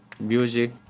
music